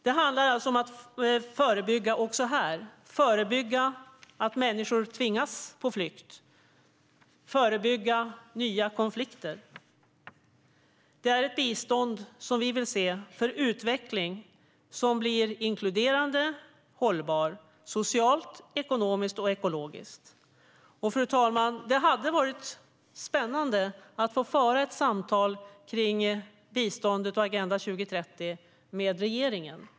Det handlar alltså om att förebygga också här - förebygga att människor tvingas på flykt, förebygga nya konflikter. Vi vill ha bistånd för utveckling som blir inkluderande och socialt, ekonomiskt och ekologiskt hållbar. Fru talman! Det hade varit spännande att få föra ett samtal om biståndet och Agenda 2030 med regeringen.